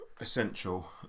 essential